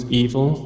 evil